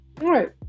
right